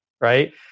right